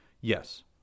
yes